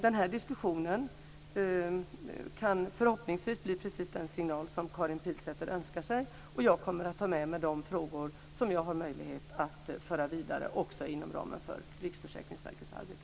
Den här diskussionen kan förhoppningsvis bli precis den signal som Karin Pilsäter önskar sig, och jag kommer att ta med mig de frågor som jag har möjlighet att föra vidare också inom ramen för Riksförsäkringsverkets arbete.